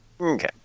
Okay